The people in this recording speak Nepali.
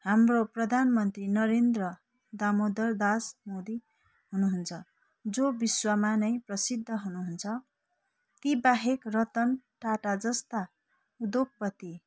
हाम्रो प्रधान मन्त्री नरेन्द्र दामोदर दास मोदी हुनुहुन्छ जो विश्वमा नै प्रसिद्ध हुनुहुन्छ ती बाहेक रतन टाटा जस्ता उद्योपति